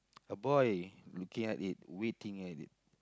a boy looking at it waiting at it